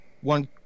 one